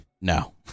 No